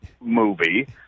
movie